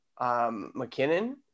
McKinnon